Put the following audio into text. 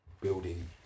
building